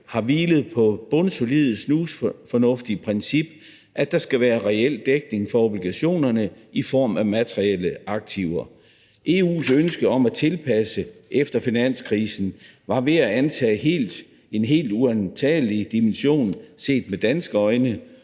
har hvilet på det bundsolide, snusfornuftige princip, at der skal være reel dækning for obligationerne i form af materielle aktiver. EU's ønske om at tilpasse efter finanskrisen var ved at antage en helt uantagelig dimension set med danske øjne,